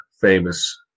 famous